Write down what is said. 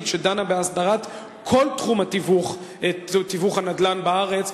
שדנה בהסדרת כל תחום תיווך הנדל"ן בארץ,